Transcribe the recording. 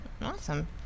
Awesome